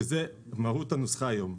שזאת מהות הנוסחה היום.